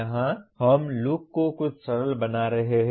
यहां हम इस लुक को कुछ सरल बना रहे हैं